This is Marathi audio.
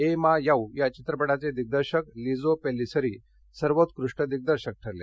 ए मा याउ या चित्रपटाचे दिग्दर्शक लिजो पेल्लीसेरी सर्वोत्कृष्ट दिग्दर्शक ठरले